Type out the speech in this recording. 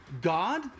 God